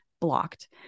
blocked